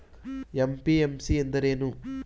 MPMC ಎಂದರೇನು?